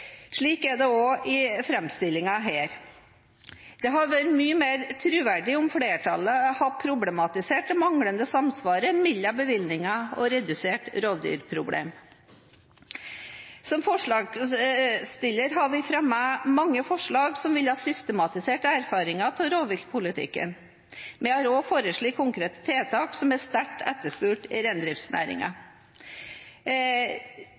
Slik er det også i framstillingen her. Det hadde vært mye mer troverdig om flertallet hadde problematisert det manglende samsvaret mellom bevilgninger og redusert rovdyrproblem. Som forslagsstillere har vi fremmet mange forslag som ville ha systematisert erfaringene av rovdyrpolitikken. Vi har også foreslått konkrete tiltak som er sterkt etterspurt i